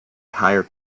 higher